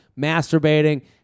masturbating